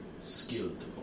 skilled